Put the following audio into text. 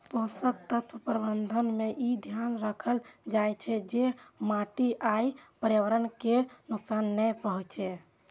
पोषक तत्व प्रबंधन मे ई ध्यान राखल जाइ छै, जे माटि आ पर्यावरण कें नुकसान नै पहुंचै